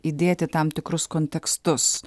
įdėti tam tikrus kontekstus